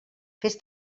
fes